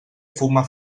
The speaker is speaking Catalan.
fuma